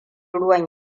ruwan